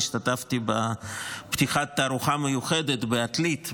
השתתפתי בפתיחת תערוכה מיוחדת בעתלית,